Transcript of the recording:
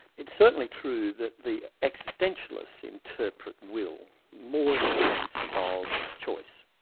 it's certainly true that the existentialists interpret will more in the sense of choice,